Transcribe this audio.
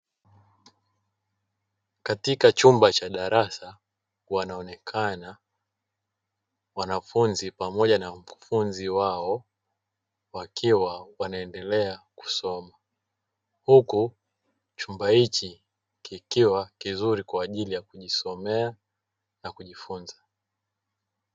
Katika chumba cha darasa wanaonekana wanafunzi pamoja na mkufunzi wao, wakiwa wanaendelea kusoma, huku chumba hichi kikiwa kizuri kwa ajili ya kujisomea na kujifunza.